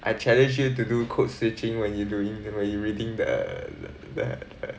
I challenge you to do code switching when you doing when you reading the the